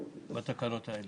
בתקנות האלה.